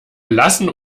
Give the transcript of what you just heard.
lassen